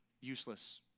useless